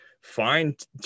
find